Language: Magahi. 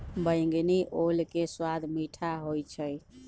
बइगनी ओल के सवाद मीठ होइ छइ